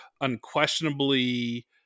unquestionably